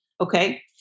Okay